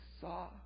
saw